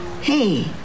hey